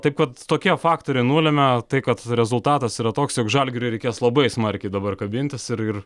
taip kad tokie faktoriai nulemia tai kad rezultatas yra toks jog žalgiriui reikės labai smarkiai dabar kabintis ir ir